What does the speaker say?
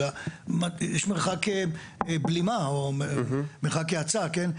אלא יש מרחק בלימה או מרחק האצה, כן?